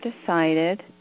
decided